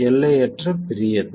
எல்லையற்ற பெரியது